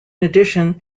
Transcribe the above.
addition